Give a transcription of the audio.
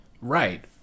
Right